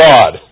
God